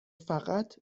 فقط